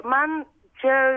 man čia